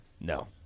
no